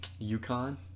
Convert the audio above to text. UConn